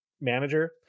manager